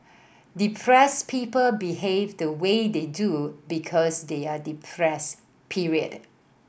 depressed people behave the way they do because they are depressed period